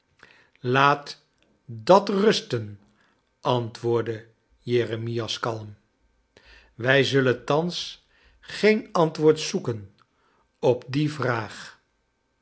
laat dat rusten antwoordde jeremias kalm wij zullen thans geen ant wo or d zoeken op die vraag